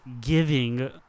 giving